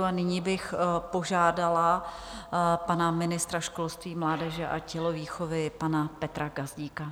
A nyní bych požádala pana ministra školství, mládeže a tělovýchovy, pana Petra Gazdíka.